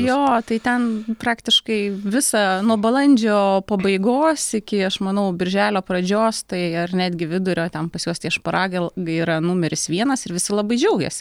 jo tai ten praktiškai visą nuo balandžio pabaigos iki aš manau birželio pradžios tai ar netgi vidurio ten pas juos tie šparagai yra numeris vienas ir visi labai džiaugias